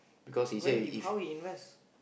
where he how he invest